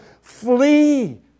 flee